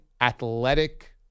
athletic